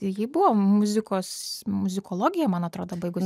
ji buvo muzikos muzikologiją man atrodo baigus